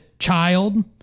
child